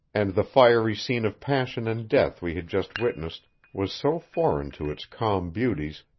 and the fiery scene of passion and death we had just witnessed was so foreign to its calm beauties,